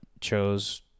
chose